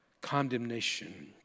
Condemnation